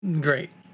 great